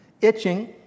itching